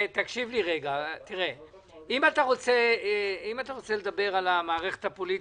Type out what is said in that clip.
אם אתה רוצה לדבר על המערכת הפוליטית,